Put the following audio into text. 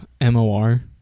M-O-R